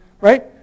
right